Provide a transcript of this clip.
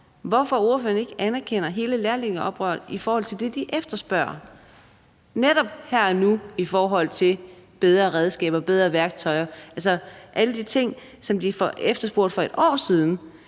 for, at ordføreren ikke anerkender hele lærlingeoprøret i forhold til det, de netop her og nu efterspørger, nemlig bedre redskaber og bedre værktøj – alle de ting, som de efterspurgte for et år siden.